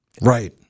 Right